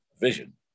Vision